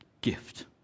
Gift